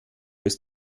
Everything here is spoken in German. ist